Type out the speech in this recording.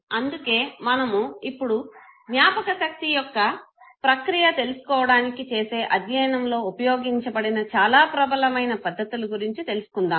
అందుకే మనము ఇప్పుడు జ్ఞాపకశక్తి యొక్క ప్రక్రియ తెలుసుకోవడానికి చేసే అధ్యయనంలో ఉపయోగించబడిన చాలా ప్రబలమైన పద్ధతులు గురుంచి తెలుసుకుందాము